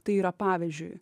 tai yra pavyzdžiui